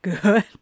Good